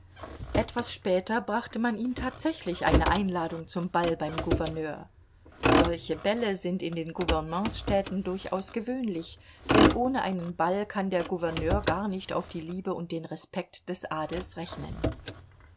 etwas später brachte man ihm tatsächlich eine einladung zum ball beim gouverneur solche bälle sind in den gouvernementsstädten durchaus gewöhnlich denn ohne einen ball kann der gouverneur gar nicht auf die liebe und den respekt des adels rechnen